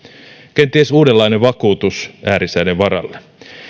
kenties uudenlainen vakuutus äärisäiden varalle